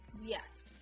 Yes